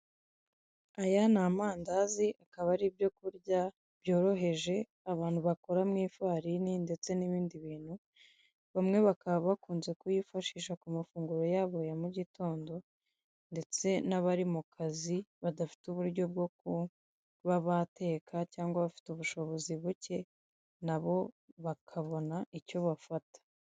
Aya ni amandazi akaba ari ibyo kurya byoroheje abantu bakora mu ifarini ndetse n'ibindi bintu, bamwe bakaba bakunze kuyifashisha ku mafunguro yabo ya mugitondo, ndetse n'abari mu kazi badafite uburyo bwo kuba bateka, cyangwa bafite ubushobozi buke nabo bakabona icyo bafata.